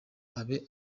abe